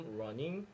running